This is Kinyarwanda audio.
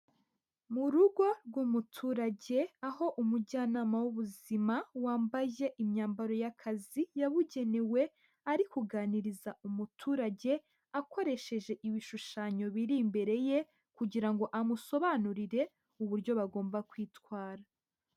Mu rugo rw'umuturage, aho umujyanama w'ubuzima wambaye imyambaro y'akazi yabugenewe, ari kuganiriza umuturage akoresheje ibishushanyo biri imbere ye, kugira ngo amusobanurire uburyo bagomba kwitwara.